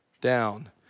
down